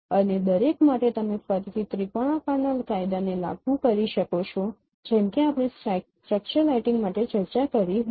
અને દરેક માટે તમે ફરીથી ત્રિકોણાકારના કાયદાને લાગુ કરી શકો છો જેમ કે આપણે સ્ટ્રક્ચર્ડ લાઇટિંગ માટે ચર્ચા કરી હતી